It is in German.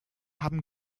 haben